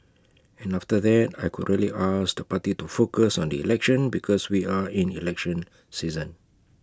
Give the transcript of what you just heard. and after that I could really ask the party to focus on the election because we are in election season